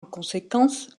conséquence